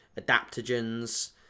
adaptogens